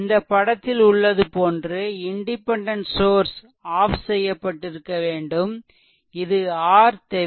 இந்த படத்தில் உள்ளது போன்று இண்டிபெண்டென்ட் சோர்ஸ் ஆஃப் செய்யப்பட்டிருக்க வேண்டும் இது RThevenin